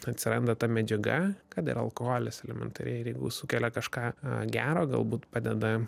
atsiranda ta medžiaga kad ir alkoholis elementariai ir jeigu sukelia kažką gero galbūt padeda